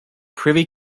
privy